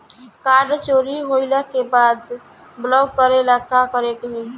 Card चोरी होइला के बाद ब्लॉक करेला का करे के होई?